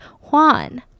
Juan